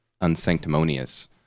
unsanctimonious